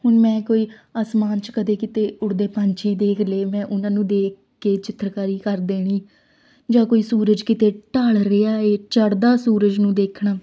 ਹੁਣ ਮੈਂ ਕੋਈ ਆਸਮਾਨ 'ਚ ਕਦੇ ਕਿਤੇ ਉਡਦੇ ਪੰਛੀ ਦੇਖ ਲਏ ਮੈਂ ਉਹਨਾਂ ਨੂੰ ਦੇਖ ਕੇ ਚਿੱਤਰਕਾਰੀ ਕਰ ਦੇਣੀ ਜਾਂ ਕੋਈ ਸੂਰਜ ਕਿਤੇ ਢੱਲ ਰਿਹਾ ਏ ਚੜ੍ਹਦਾ ਸੂਰਜ ਨੂੰ ਦੇਖਣਾ